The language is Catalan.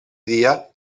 dia